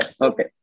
okay